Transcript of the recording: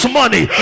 money